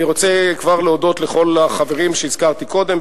אני רוצה כבר להודות לכל החברים שהזכרתי קודם,